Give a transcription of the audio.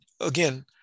again